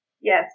Yes